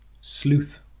Sleuth